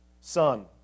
son